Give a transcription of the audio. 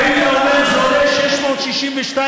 אבל גם את זה אתם לא עושים.